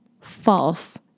False